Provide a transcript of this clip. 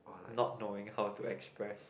not knowing how to express